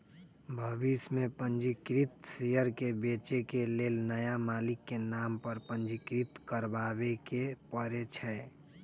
भविष में पंजीकृत शेयर के बेचे के लेल नया मालिक के नाम पर पंजीकृत करबाबेके परै छै